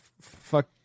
fuck